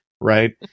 Right